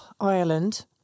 Ireland